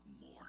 more